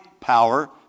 power